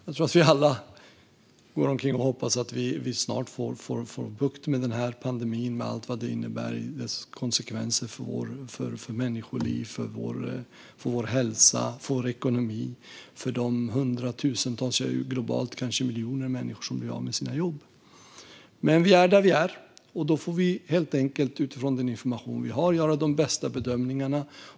Jag tror att vi alla går omkring och hoppas att vi snart får bukt med pandemin och alla konsekvenser som den innebär för människoliv, för vår hälsa, för vår ekonomi och för de hundratusentals, globalt kanske miljoner, människor som blir av med sina jobb. Men vi är där vi är, och då får vi helt enkelt utifrån den information vi har göra de bästa bedömningarna.